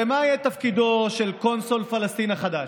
הרי מה יהיה תפקידו של קונסול פלסטין החדש,